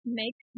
make